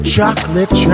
Chocolate